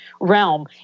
realm